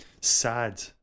sad